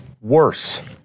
worse